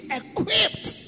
equipped